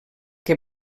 que